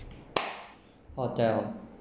hotel